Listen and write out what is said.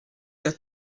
der